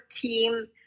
team